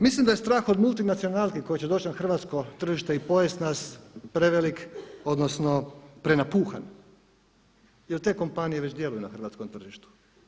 Mislim da je strah od multinacionalke koja će doći na hrvatsko tržište i pojesti nas prevelik, odnosno prenapuhan, jer te kompanije već djeluju na hrvatskom tržištu.